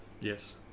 Yes